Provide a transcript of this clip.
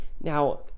Now